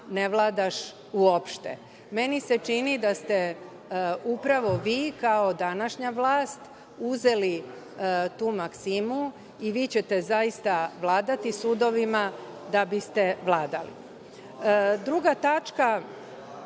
ne vladaš uopšte. Meni se čini da ste upravo vi, kao današnja vlast, uzeli tu maksimu, i vi ćete zaista vladati sudovima da biste vladali. Druga tačka